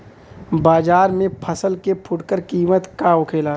बाजार में फसल के फुटकर कीमत का होखेला?